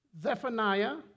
Zephaniah